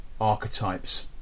archetypes